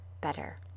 better